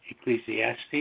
Ecclesiastes